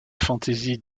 fantaisie